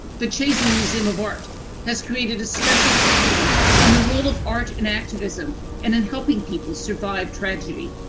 the chazen museum of art has created a special curriculum on the role of art and activism and in helping people survive tragedy.